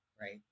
right